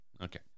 Okay